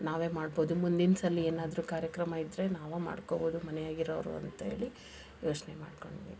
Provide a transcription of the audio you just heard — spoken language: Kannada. ನಾವೇ ಮಾಡ್ಬೋದು ಮುಂದಿನ ಸಲ ಏನಾದರು ಕಾರ್ಯಕ್ರಮ ಇದ್ದರೆ ನಾವೇ ಮಾಡ್ಕೋಬೋದು ಮನೆಯಾಗಿರೋವ್ರು ಅಂತೇಳಿ ಯೋಚನೆ ಮಾಡಿಕೊಂಡ್ವಿ